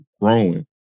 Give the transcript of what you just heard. growing